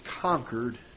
conquered